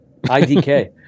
IDK